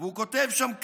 הוא כותב שם כך: